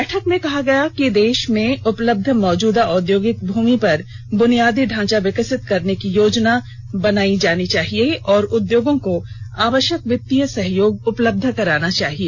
बैठक में कहा गया है कि देश में उपलब्ध मौजूदा औद्योगिक भूमि पर बुनियादी ढांचा विकसित करने की योजना बनाई जानी चाहिए और उद्योगों को आवश्याक वित्तीय सहयोग उपलब्ध कराना चाहिए